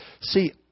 See